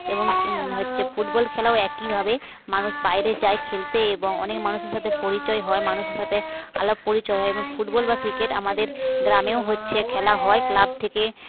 এবং হচ্ছে ফুটবল খেলাও একইভাবে মানুষ বাইরে যায় খেলতে এবং অনেক মানুষের সাথে পরিচয় হয় মানুষের সাথে আলাপ পরিচয় হয় এবং ফুটবল বা ক্রিকেট আমাদের গ্রামেও হচ্ছে খেলা হয় ক্লাব থেকে